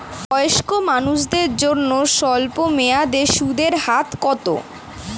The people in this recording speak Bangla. বয়স্ক মানুষদের জন্য স্বল্প মেয়াদে সুদের হার কত?